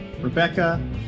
Rebecca